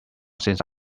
since